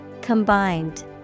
Combined